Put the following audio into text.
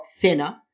thinner